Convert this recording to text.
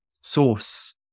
source